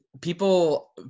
People